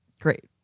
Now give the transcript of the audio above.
Great